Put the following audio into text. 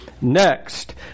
Next